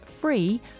free